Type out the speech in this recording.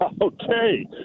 Okay